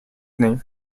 name